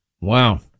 Wow